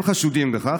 הם חשודים בכך,